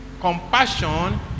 Compassion